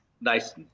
Nice